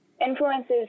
Influences